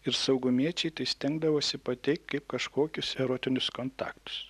ir saugumiečiai tai stengdavosi pateikt kaip kažkokius erotinius kontaktus